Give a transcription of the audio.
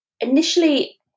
initially